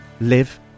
live